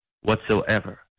whatsoever